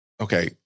Okay